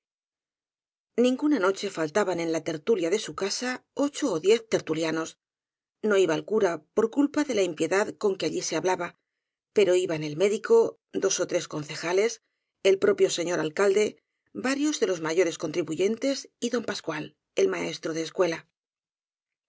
tertulia de su casa ocho ó diez tertulianos no iba el cura por culpa de la impiedad con que allí se hablaba pero iban el médico dos ó tres concejales el propio señor alcalde varios de los mayores contribuyentes y don pascual el maestro de escuela